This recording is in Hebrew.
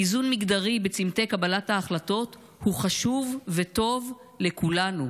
איזון מגדרי בצומתי קבלת ההחלטות הוא חשוב וטוב לכולנו,